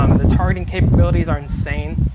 um the targeting capabilities are insane.